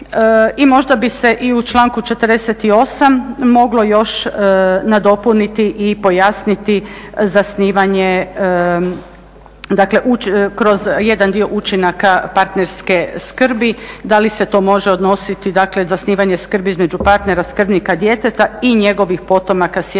I možda bi se i u članku 48. moglo još nadopuniti i pojasniti zasnivanje, dakle kroz jedan dio učinaka partnerske skrbi, da li se to može odnositi, dakle zasnivanje skrbi između partnera skrbnika djeteta i njegovih potomaka s jedne